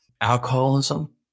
alcoholism